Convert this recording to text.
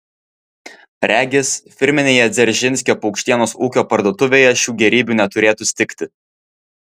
regis firminėje dzeržinskio paukštienos ūkio parduotuvėje šių gėrybių neturėtų stigti